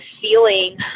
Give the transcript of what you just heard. feeling